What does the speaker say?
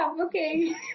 okay